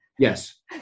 Yes